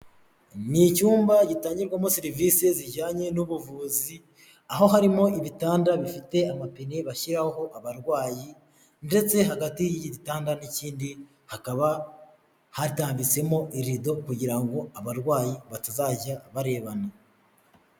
Ni icyumba gitangirwamo serivise zijyanye n'ubuvuzi, aho harimo ibitanda bifite amapine bashyiraho abarwayi, ndetse hagati y'igitanda n'ikindi hakaba hatambitsemo irido, kugira ngo abarwayi batazajya barebana.